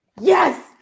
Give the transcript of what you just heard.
Yes